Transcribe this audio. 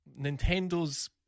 Nintendo's